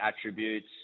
attributes